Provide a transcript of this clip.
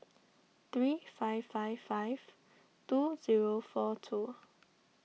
three five five five two zero four two